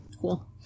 Cool